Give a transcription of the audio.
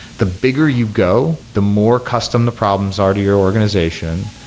the bigger you go, the more custom the problems are to your organization,